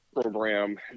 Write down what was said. program